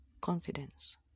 confidence